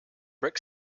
brick